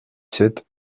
sept